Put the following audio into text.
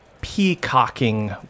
peacocking